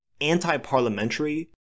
anti-parliamentary